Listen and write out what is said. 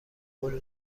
قول